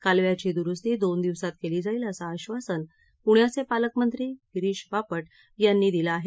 कालव्याची दुरुस्ती दोन दिवसात केली जाईल असं आश्वासन पूण्याचे पालकमंत्री गिरीश बापट यांनी दिलं आहे